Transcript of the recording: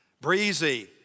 Breezy